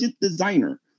designer